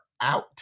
out